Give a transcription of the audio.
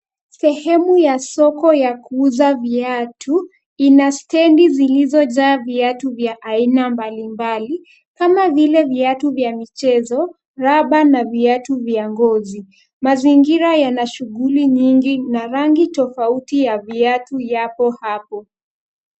Sehemu ya soko ya kuuza viatu. Ina stedi zilizojaa viatu vya aina mbalimbali kama vile viatu vya michezo, raba na viatu vya ngozi. Mazingira yana shughuli nyingi na rangi tofauti ya viatu yapo hapo.